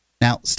Now